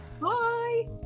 Bye